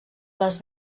les